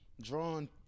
drawing